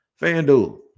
FanDuel